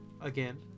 again